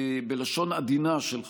בלשון עדינה, שלך,